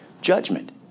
judgment